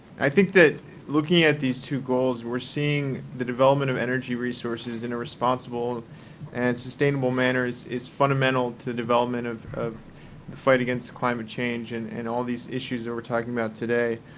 i think that looking at these two goals, we're seeing the development of energy resources in a responsible and sustainable manner is is fundamental to development of of the fight against climate change and and all these issues that we're talking about today.